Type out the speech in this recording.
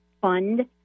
fund